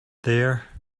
there